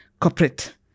corporate